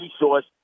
resource